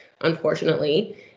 unfortunately